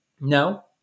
No